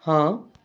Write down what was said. ହଁ